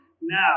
now